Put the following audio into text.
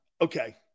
Okay